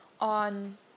on